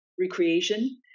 recreation